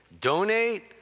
donate